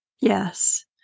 Yes